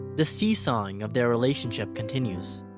the sesawing of their relationship continues.